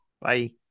Bye